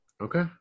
Okay